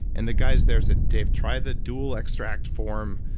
and the guys there said, dave, try the dual extract form.